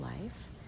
life